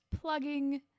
plugging